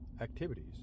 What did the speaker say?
activities